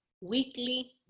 weekly